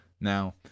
Now